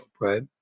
right